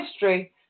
history